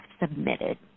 submitted